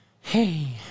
Hey